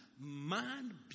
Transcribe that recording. Man